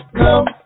come